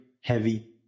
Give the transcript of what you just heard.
heavy